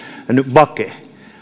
vake